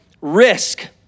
risk